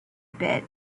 bit